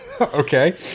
Okay